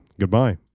Goodbye